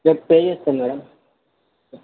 రేపు పే చేస్తాను madam okay